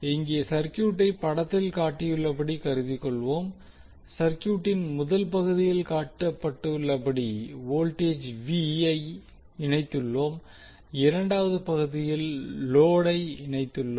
இங்கே சர்க்யூட்டை படத்தில் காட்டியுள்ளபடி கருதிக்கொள்வோம் சர்க்யூட்டின் முதல் பகுதியில் காட்டப்பட்டுள்ளபடி வோல்டேஜ் V ஐ இணைத்துள்ளோம் இரண்டாவது பகுதியில் லோடு இணைக்கப்பட்டுள்ளது